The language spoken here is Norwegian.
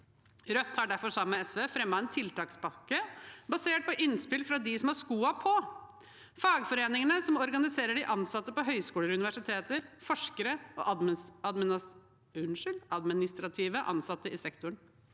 Rødt har derfor sammen med SV fremmet en tiltakspakke basert på innspill fra dem som har skoene på, fagforeningene som organiserer de ansatte på høyskoler og universiteter, forskere og administrativt ansatte i sektoren.